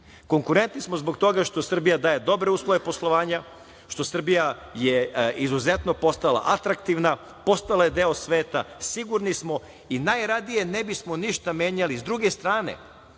Konkurenti smo zbog toga što Srbija daje dobre uslove poslovanja, što je Srbija izuzetno postala atraktivna, postala je deo sveta, sigurni smo i najradije ne bismo ništa menjali.S druge strane,